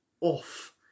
off